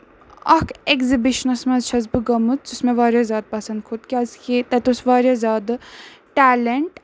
اکھ ایٚگزِبِشنَس منٛز چھَس بہٕ گٔمٕژ یُس مےٚ واریاہ زیادٕ پسند کھوٚت کیازِ کہِ تتہِ اوس واریاہ زیادٕ ٹیلینٹ